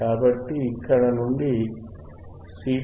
కాబట్టి ఇక్కడ నుండి సి2 0